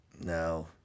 no